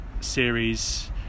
series